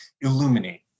illuminate